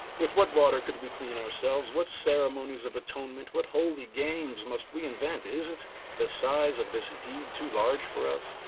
with what water could we clean ourselves? what ceremonies of atonement? what holy games must we invent? isn't the size of this deed too large for us?